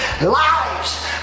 lives